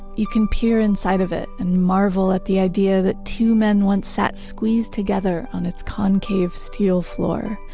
you can peer inside of it and marvel at the idea that two men once sat squeezed together on its concave steel floor,